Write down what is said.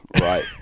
Right